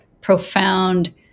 profound